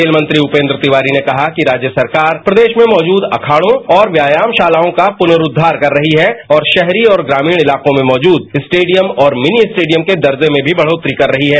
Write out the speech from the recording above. खेल मंत्री उपेन्द्र तिवारी ने कहा कि राज्य सरकार प्रदेश में मौजूद अखाड़ों और व्यायाम शालाओं का पुनरूद्वार कर रही है और राहरी और ग्रामीण इलाकों में मौजूद स्टेडियम और मिनी स्टेडियम के दर्ज में बढ़ोतरी कर रही है